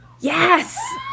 Yes